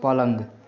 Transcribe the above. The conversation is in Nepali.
पलङ